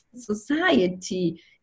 society